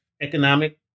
economic